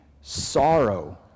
sorrow